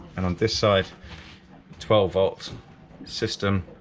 and on this side twelve volt system